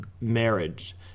marriage